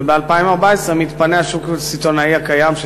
וב-2014 מתפנה השוק הסיטונאי הקיים,